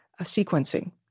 sequencing